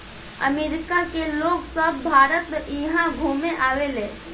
अमरिका के लोग सभ भारत इहा घुमे आवेले